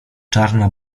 czarna